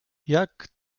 jak